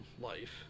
life